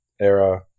era